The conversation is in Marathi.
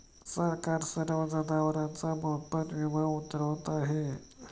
सरकार सर्व जनावरांचा मोफत विमा उतरवत आहे